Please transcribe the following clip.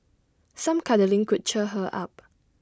some cuddling could cheer her up